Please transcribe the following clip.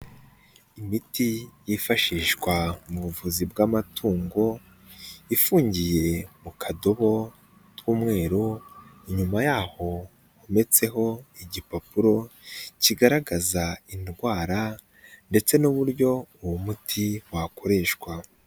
Imiti yifashishwa mu buvuzi bw'amatungo, ifungiye mu kadobo k'umweru inyuma yaho hometseho igipapuro kigaragaza indwara, ndetse n'uburyo uwo muti wakoreshwa.